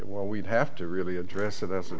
where we'd have to really address it as a